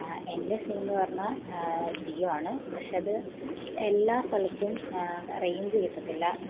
എൻ്റെ സിംന്ന് പറഞ്ഞാൽ ജിയോ ആണ് പക്ഷേ അത് എല്ലാ സ്ഥലത്തും റേയ്ഞ്ച് കിട്ടത്തില്ല ഇപ്പം